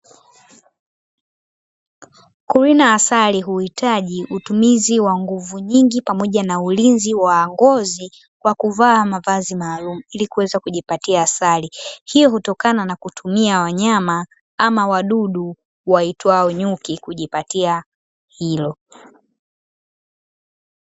Kurina asali huitaji utumizi wa nguvu nyingi pamoja na ulinzi wa ngozi kwa kuvaa mavazi maalumu, kuweza kujipatia asali hii hutokana na kutumia nyama au wadudu waitwao nyuki, kujipatia hilo.